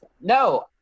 No